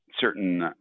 certain